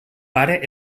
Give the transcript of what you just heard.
pare